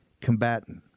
combatant